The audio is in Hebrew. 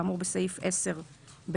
כאמור בסעיף 10(ב1),